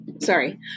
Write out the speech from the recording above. Sorry